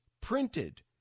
printed